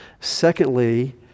Secondly